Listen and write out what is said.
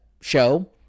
show